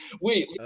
wait